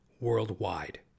worldwide